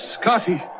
Scotty